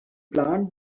plant